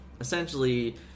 essentially